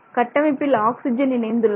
கட்டமைப்பில் ஆக்சிஜன் இணைந்துள்ளது